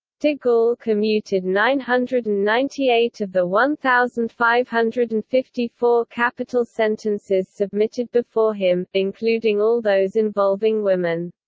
de gaulle commuted nine hundred and ninety eight of the one thousand five hundred and fifty four capital sentences submitted before him, including all those involving women.